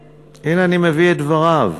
הנה, אני מביא את דבריו.